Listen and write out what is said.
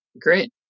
Great